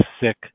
sick